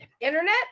Internet